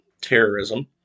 terrorism